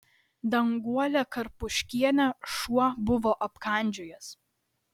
danguolę karpuškienę šuo buvo apkandžiojęs